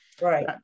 Right